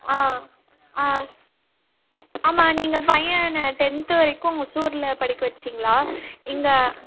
ஆ ஆ ஆமாம் நீங்கள் பையனை டென்த்து வரைக்கும் ஒசூரில் படிக்க வச்சிட்டிங்ளா இங்கே